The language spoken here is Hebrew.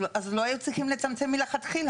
אז לא היו צריכים לצמצם מלכתחילה.